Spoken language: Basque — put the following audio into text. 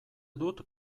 dut